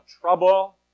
trouble